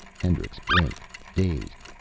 hendricks blinked, dazed.